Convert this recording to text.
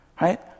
right